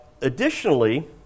Additionally